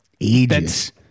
ages